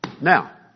Now